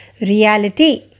reality